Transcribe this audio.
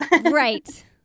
Right